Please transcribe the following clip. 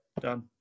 Done